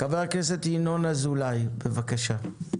חבר הכנסת ינון אזולאי, בבקשה.